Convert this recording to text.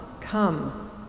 Come